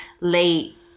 late